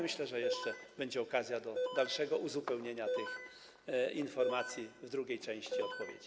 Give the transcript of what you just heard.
Myślę, że jeszcze będzie okazja do dalszego uzupełnienia tych informacji w drugiej części odpowiedzi.